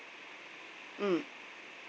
mm